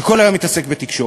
שכל היום מתעסק בתקשורת.